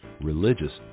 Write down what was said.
religious